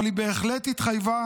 אבל היא בהחלט התחייבה